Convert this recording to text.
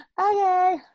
Okay